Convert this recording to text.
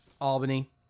Albany